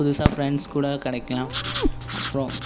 புதுசாக ஃபிரெண்ட்ஸ் கூட கிடைக்கலாம் அப்புறம்